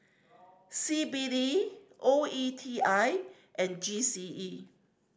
C B D O E T I and G C E